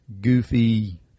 goofy